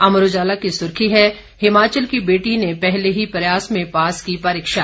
अमर उजाला की सुर्खी है हिमाचल की बेटी ने पहले ही प्रयास में पास की परीक्षा